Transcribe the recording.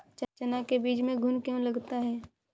चना के बीज में घुन क्यो लगता है?